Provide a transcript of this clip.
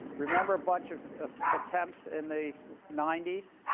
remember a bunch of of attempts in the ninety s?